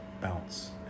bounce